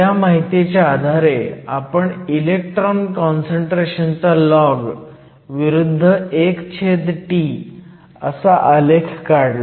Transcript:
ह्या माहितीच्या आधारे आपण इलेक्ट्रॉन काँसंट्रेशन चा लॉग विरुद्ध 1T असा आलेख काढला